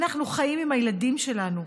אנחנו חיים עם הילדים שלנו,